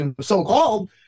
so-called